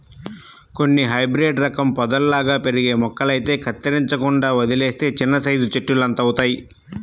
కొన్ని హైబ్రేడు రకం పొదల్లాగా పెరిగే మొక్కలైతే కత్తిరించకుండా వదిలేత్తే చిన్నసైజు చెట్టులంతవుతయ్